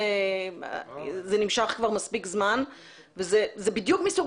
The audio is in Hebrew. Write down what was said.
זה נמשך כבר מספיק זמן וזה בדיוק מסוג